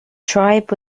tribe